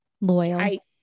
Loyal